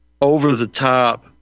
over-the-top